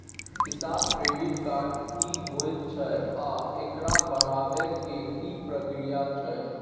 किसान credit card की होयत छै आ एकरा बनाबै के की प्रक्रिया छै?